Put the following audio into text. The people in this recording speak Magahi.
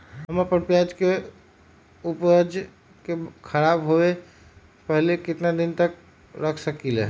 हम अपना प्याज के ऊपज के खराब होबे पहले कितना दिन तक रख सकीं ले?